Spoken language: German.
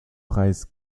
preis